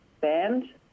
band